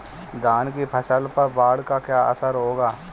धान की फसल पर बाढ़ का क्या असर होगा?